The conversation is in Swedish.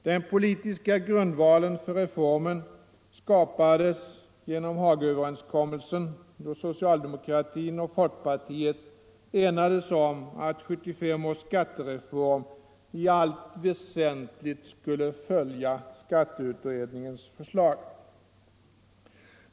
Den politiska grundvalen för reformen skapades genom Hagaöverenskommelsen, då socialdemokraterna och folkpartiet enades om att 1975 års skattereform i allt väsentligt skulle följa skatteutredningens förslag.